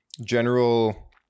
General